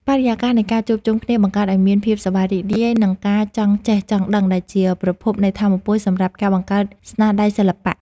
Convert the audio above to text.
បរិយាកាសនៃការជួបជុំគ្នាបង្កើតឱ្យមានភាពសប្បាយរីករាយ និង ការចង់ចេះចង់ដឹងដែលជាប្រភពនៃថាមពលសម្រាប់ការបង្កើតស្នាដៃសិល្បៈ។